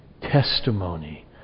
testimony